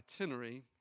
itinerary